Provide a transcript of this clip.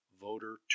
voter